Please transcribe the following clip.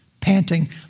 Panting